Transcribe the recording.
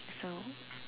so